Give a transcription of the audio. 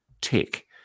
tech